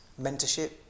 mentorship